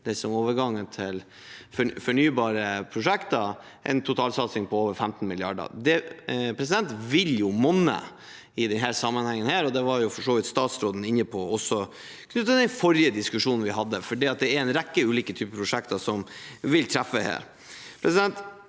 overgangen til fornybare prosjekter, en totalsatsing på over 15 mrd. kr. Det vil monne i denne sammenhengen. Det var for så vidt statsråden inne på også knyttet til den forrige diskusjonen vi hadde, for det er en rekke ulike prosjekter som vil treffe her.